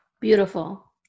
Beautiful